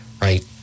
Right